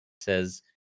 says